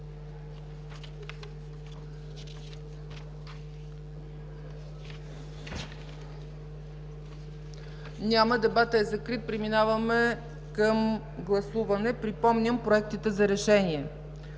Няма. Дебатът е закрит. Преминаваме към гласуване. Припомням проектите за решение.